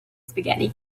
spaghetti